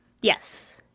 Yes